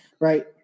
right